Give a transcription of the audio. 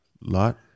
Lot